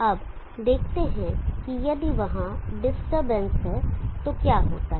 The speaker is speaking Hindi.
अब देखते हैं कि यदि वहां डिस्टरबेंस है तो क्या होता है